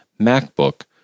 MacBook